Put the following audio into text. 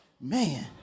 man